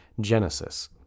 Genesis